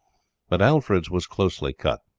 but alfred's was closely cut.